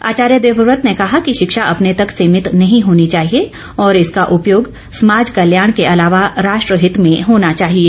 आचार्य देवव्रत ने कहा कि शिक्षा अपने तक सीमित नहीं होनी चाहिए और इसका उपयोग समाज कल्याण के अलावा राष्ट्रहित में होना चाहिए